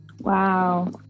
Wow